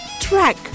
track